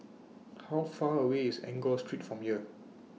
How Far away IS Enggor Street from here